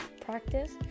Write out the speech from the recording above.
practice